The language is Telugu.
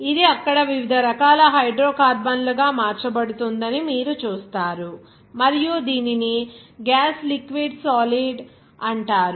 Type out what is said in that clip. ఇది అక్కడ వివిధ రకాల హైడ్రోకార్బన్లుగా మార్చబడుతుందని మీరు చూస్తారు మరియు దీనిని గ్యాస్ లిక్విడ్ సాలిడ్ అంటారు